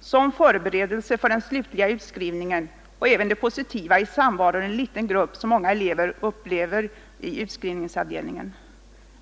som en förberedelse för den slutliga utskrivningen samt det positiva värde som många elever upplever i samvaron i en liten grupp i utskrivningsavdelningen.